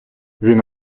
він